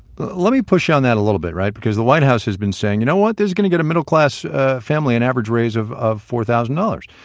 let me push on that a little bit, all right? because the white house has been saying, you know, what this is going to get a middle class family an average raise of of four thousand dollars.